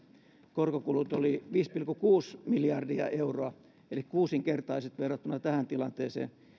korkokulut olivat viisi pilkku kuusi miljardia euroa eli kuusinkertaiset verrattuna tähän tilanteeseen